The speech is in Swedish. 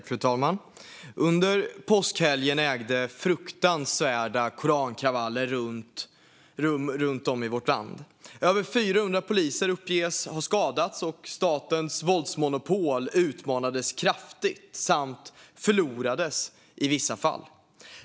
Fru talman! Under påskhelgen ägde fruktansvärda korankravaller rum runt om i vårt land. Över 400 poliser uppges ha skadats, och statens våldsmonopol utmanades kraftigt samt förlorades i vissa fall.